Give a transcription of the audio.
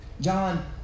John